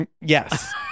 Yes